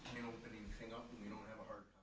anything up, and we don't have a hard